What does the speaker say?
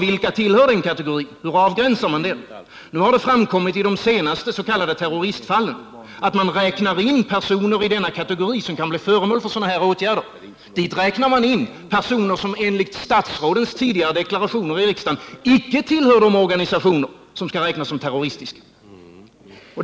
Vilka tillhör då denna kategori, hur avgränsar man den? I de senaste s.k. terroristfallen har det förekommit att man räknar in personer i denna kategori vilka kan bli föremål för åtgärder. Man räknar in personer vilka enligt statsrådens tidigare deklarationer i riksdagen icke tillhör organisationer som skall räknas som terroristiska.